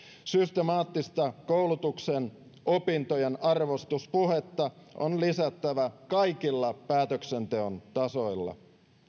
systemaattista koulutuksen opintojen arvostuspuhetta on lisättävä kaikilla päätöksenteon tasoilla